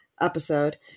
episode